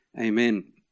amen